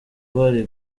bari